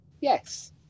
Yes